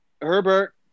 Herbert